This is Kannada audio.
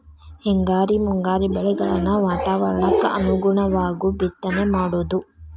ಹಿಂಗಾರಿ ಮುಂಗಾರಿ ಬೆಳೆಗಳನ್ನ ವಾತಾವರಣಕ್ಕ ಅನುಗುಣವಾಗು ಬಿತ್ತನೆ ಮಾಡುದು